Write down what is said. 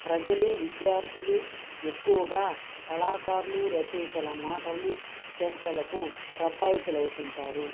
ప్రజలు విద్యార్థులు ఎక్కువగా కళాకారులు రచయితల మాటలు చేష్టలకు ప్రభావితులు అవుతుంటారు